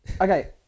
Okay